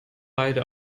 beide